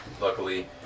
luckily